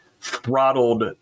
throttled